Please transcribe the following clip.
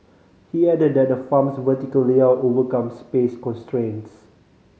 he added that the farm's vertical layout overcomes space constraints